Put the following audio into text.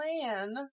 plan